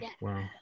wow